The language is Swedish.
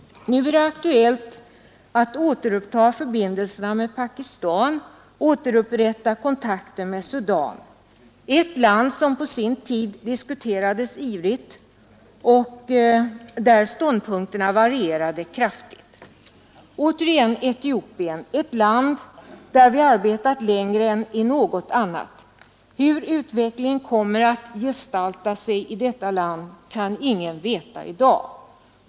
Nu är det aktuellt att återuppta förbindelserna med Pakistan och att återuppta kontakten med Sudan — ett land som på sin tid diskuterades livligt; och i den diskussionen varierade ståndpunkterna kraftigt. Jag vill återigen ta upp Etiopien — där vi har arbetat längre än i något annat land. Hur utvecklingen kommer att gestalta sig i detta land kan ingen veta i dag.